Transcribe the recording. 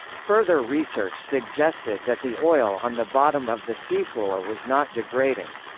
further research suggested that the oil on the bottom of the seafloor was not degrading.